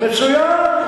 מצוין.